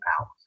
out